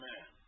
Man